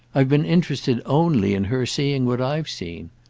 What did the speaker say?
i've been interested only in her seeing what i've seen.